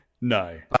No